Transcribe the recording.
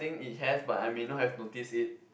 think it have but I may not have noticed it